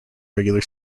regular